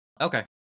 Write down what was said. Okay